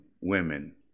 women